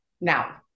Now